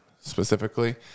specifically